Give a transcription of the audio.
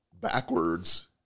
backwards